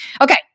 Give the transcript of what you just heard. Okay